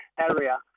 area